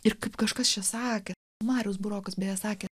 ir kaip kažkas čia sakė marius burokas beje sakė